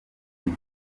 njye